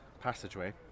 passageway